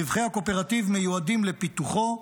רווחי הקואופרטיב מיועדים לפיתוחו,